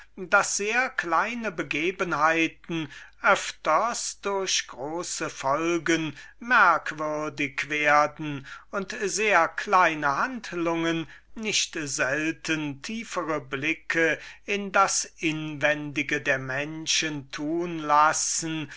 daß sehr kleine begebenheiten öfters durch große folgen merkwürdig werden und sehr kleine handlungen uns nicht selten tiefere blicke in das inwendige der menschen tun lassen